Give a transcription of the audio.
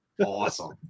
awesome